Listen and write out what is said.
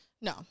No